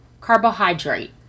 carbohydrate